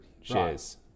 shares